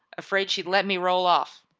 afraid she'd let me roll off.